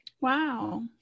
Wow